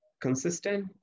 consistent